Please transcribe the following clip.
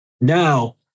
Now